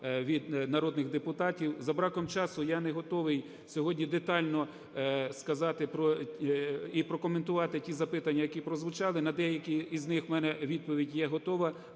від народних депутатів. За браком часу я не готовий сьогодні детально сказати і прокоментувати ті запитання, які прозвучали. На деякі з них у мене відповідь є готова,